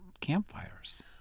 campfires